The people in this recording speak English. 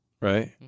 Right